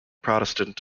protestant